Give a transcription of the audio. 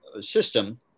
system